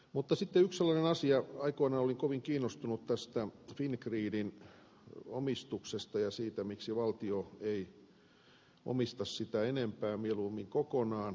mutta sitten yksi sellainen asia että aikoinaan olin kovin kiinnostunut fingridin omistuksesta ja siitä miksi valtio ei omista sitä enempää mieluummin kokonaan